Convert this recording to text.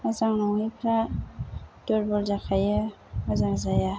मोजां नङैफ्रा दुरबल जाखायो मोजां जाया